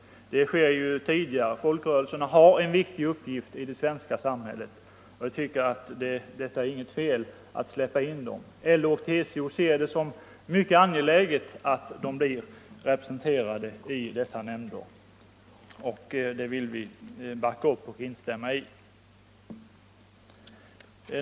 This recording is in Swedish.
Det har skett tidigare. Folkrörelserna har en viktig uppgift i det svenska samhället. LO och TCO ser det som mycket angeläget att de blir representerade i dessa nämnder. Detta förslag vill vi backa upp och instämma i.